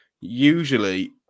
usually